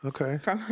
Okay